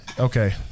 Okay